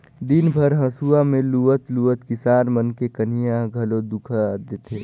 दिन भर हंसुआ में लुवत लुवत किसान मन के कनिहा ह घलो दुखा थे